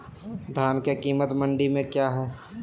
धान के कीमत मंडी में क्या है?